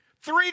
three